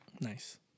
Nice